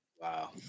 Wow